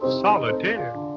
solitaire